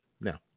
Now